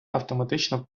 автоматично